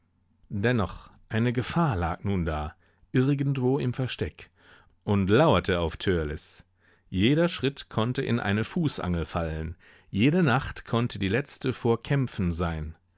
dennoch eine gefahr lag nun da irgendwo im versteck und lauerte auf törleß jeder schritt konnte in eine fußangel fallen jede nacht konnte die letzte vor kämpfen sein